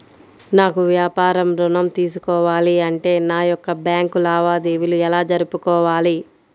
నాకు వ్యాపారం ఋణం తీసుకోవాలి అంటే నా యొక్క బ్యాంకు లావాదేవీలు ఎలా జరుపుకోవాలి?